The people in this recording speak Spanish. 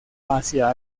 hacia